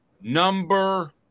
Number